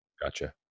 Gotcha